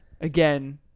Again